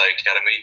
Academy